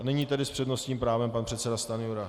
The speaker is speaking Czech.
A nyní tedy s přednostním právem pan předseda Stanjura.